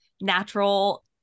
natural